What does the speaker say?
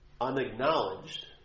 unacknowledged